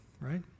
right